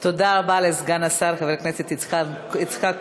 תודה רבה לסגן השר חבר הכנסת יצחק כהן.